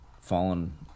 fallen